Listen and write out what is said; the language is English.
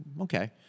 okay